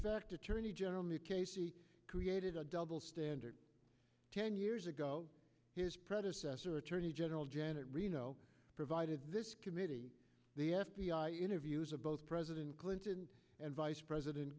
effect attorney general mukasey created a double standard ten years ago his predecessor attorney general janet reno provided this committee the f b i interviews of both president clinton and vice president